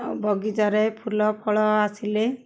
ଆଉ ବଗିଚାରେ ଫୁଲ ଫଳ ଆସିଲେ